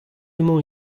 emañ